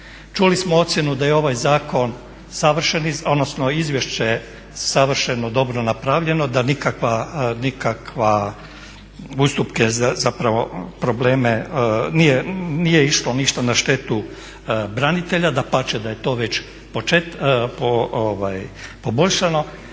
Čuli smo ocjenu da je ovaj zakon savršeni, odnosno izvješće savršeno dobro napravljeno da nikakve ustupke, zapravo probleme nije išlo ništa na štetu branitelja, dapače da je to već poboljšanje.